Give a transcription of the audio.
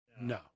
No